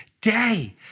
day